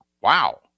Wow